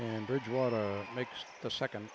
and bridgewater makes the second